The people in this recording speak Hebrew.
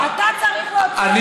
אתה צריך להוציא אותה.